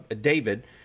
David